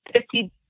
fifty